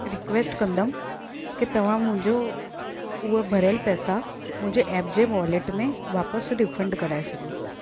request कंदमि की तव्हां मुंहिंजो उहे भरियल पैसा मुंहिंजे एप जे वॉलेट में वापसि रिफंड कराए छॾियो